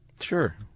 Sure